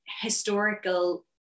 historical